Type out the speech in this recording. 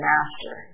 Master